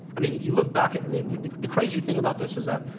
i mean, you look back at i mean the crazy thing about this is that,